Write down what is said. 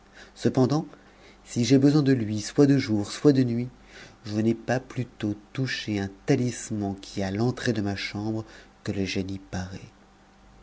cependant si j'ai besoin de lui soit de jour soit de nuit je n'ai pas plus tôt touché un talisman qui est à l'entrée de ma chambre que le génie paraît